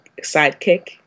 sidekick